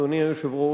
אדוני היושב-ראש,